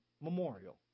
Memorial